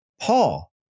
Paul